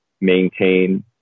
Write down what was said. maintain